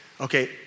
okay